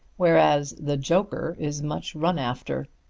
whereas the joker is much run after.